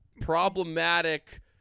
problematic